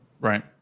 Right